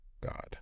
God